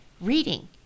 reading